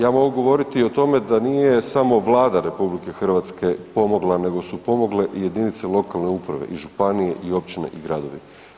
Ja mogu govoriti o tome da nije samo Vlada RH pomogla, nego su pomogle i jedinice lokalne uprave i županije i općine i gradovi.